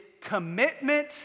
commitment